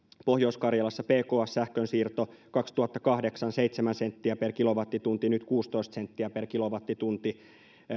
pohjois karjalassa pks sähkönsiirrolla vuonna kaksituhattakahdeksan sähkönsiirto seitsemän senttiä per kilowattitunti nyt kuusitoista senttiä per kilowattitunti